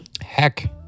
heck